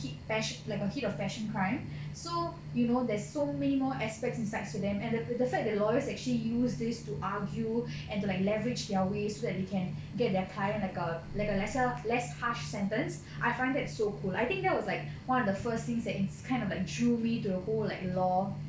heat pass~ like a heat of passion crime so you know there's so many more aspects and insights to them and the fact that lawyers actually use this to argue and to like leverage their way so that they can get their client like a like a lesser less harsh sentence I find that's so cool I think that was like one of the first things that it's kind of like drew me to a whole like law